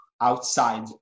outside